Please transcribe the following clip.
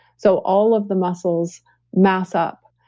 so all of the muscles mass up.